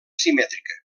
simètrica